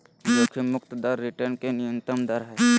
जोखिम मुक्त दर रिटर्न के न्यूनतम दर हइ